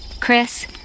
Chris